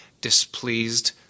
displeased